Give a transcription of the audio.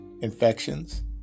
infections